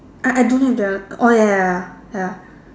I I don't have their oh ya ya ya ya